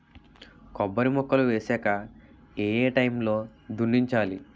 కొబ్బరి మొక్కలు వేసాక ఏ ఏ టైమ్ లో దున్నించాలి?